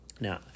Now